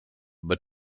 but